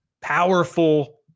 powerful